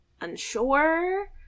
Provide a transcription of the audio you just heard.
unsure